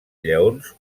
lleons